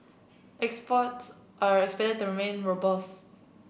exports are expected to remain robust